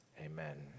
amen